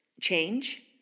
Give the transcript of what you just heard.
change